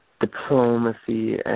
diplomacy